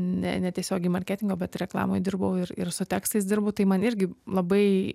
ne netiesiogiai marketingo bet ir reklamoj dirbau ir ir su tekstais dirbu tai man irgi labai